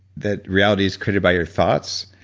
that reality is created by your thoughts.